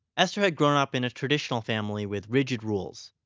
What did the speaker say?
esther had grown up in a traditional family with rigid rules.